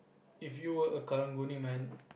if you were a karang-guni man